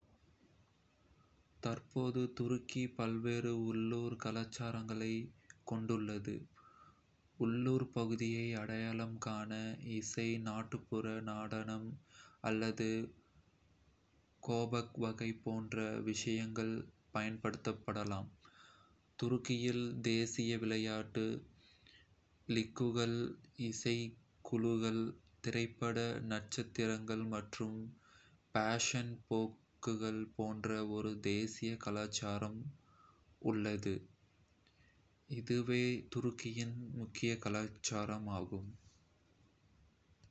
தற்போது, ​​துருக்கி பல்வேறு உள்ளூர் கலாச்சாரங்களைக் கொண்டுள்ளது. உள்ளூர் பகுதியை அடையாளம் காண இசை, நாட்டுப்புற நடனம் அல்லது கேபாப் வகை போன்ற விஷயங்கள் பயன்படுத்தப்படலாம். துருக்கியில் தேசிய விளையாட்டு லீக்குகள், இசைக்குழுக்கள், திரைப்பட நட்சத்திரங்கள் மற்றும் ஃபேஷன் போக்குகள் போன்ற ஒரு தேசிய கலாச்சாரம் உள்ளது.